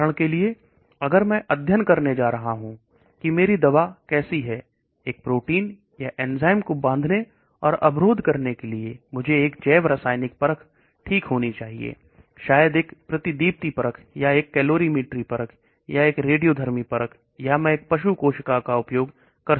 उदाहरण के लिए अगर मैं अध्ययन करने जा रहा हूं कि मेरी दवा कैसी है एक प्रोटीन या इंसान से कैसे बनती है और अवरोध करने के लिए मुझे एक जैव रासायनिक परख ठीक होनी चाहिए शायद एक प्रतिदीप्ति पर या एक कैलोरीमेट्री या एक रेडियोधर्मी परख या मैं एक पशु कोशिका का उपयोग कर सकता हूं